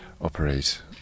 operate